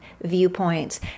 viewpoints